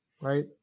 right